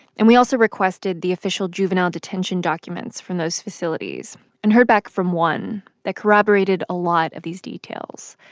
and we also requested the official juvenile detention documents from those facilities and heard back from one that corroborated a lot of these details.